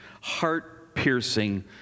heart-piercing